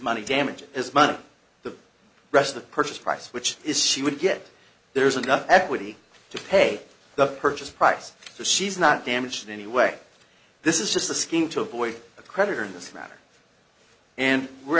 money damage is money rest of the purchase price which is she would get there's enough equity to pay the purchase price to she's not damaged anyway this is just a scheme to avoid a creditor in this matter and we're